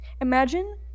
imagine